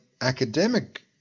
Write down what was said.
academic